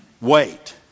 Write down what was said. wait